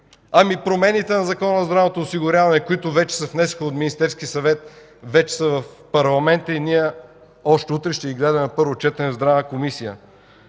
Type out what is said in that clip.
А промените в Закона за здравното осигуряване, които вече се внесоха от Министерски съвет? Те вече са в парламента и ние още утре ще ги гледаме на първо четене в Здравната комисия.